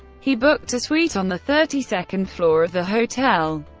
he booked a suite on the thirty second floor of the hotel,